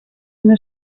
una